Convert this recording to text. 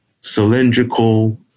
cylindrical